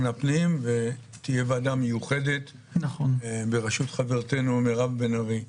הפנים ותהיה ועדה מיוחדת בראשות חברתנו מירב בן ארי.